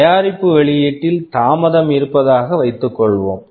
தயாரிப்பு வெளியீட்டில் தாமதம் இருப்பதாக வைத்துக்கொள்வோம்